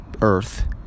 earth